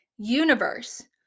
universe